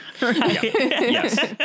Yes